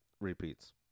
repeats